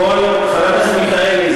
חבר הכנסת מיכאלי,